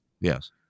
yes